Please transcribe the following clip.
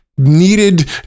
needed